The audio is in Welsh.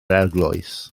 eglwys